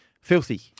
Filthy